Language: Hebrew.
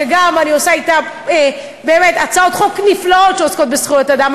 שגם אני עושה אתה באמת הצעות חוק נפלאות שעוסקות בזכויות אדם,